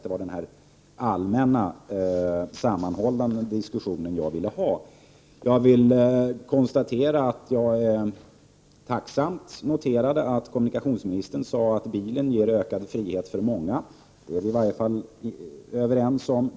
Det är just den allmänna, sammanhållna diskussionen jag vill ha. Jag noterade tacksamt att kommunikationsministern sade att bilen ger ökad frihet för många. Det är vi i varje fall överens om.